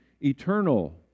eternal